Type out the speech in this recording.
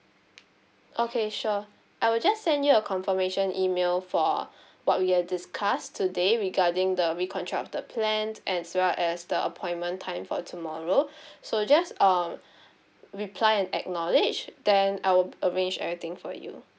okay sure I will just send you a confirmation email for what we have discussed today regarding the reconstructed plan as well as the appointment time for tomorrow so just uh reply and acknowledge then I arrange everything for you